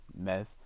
meth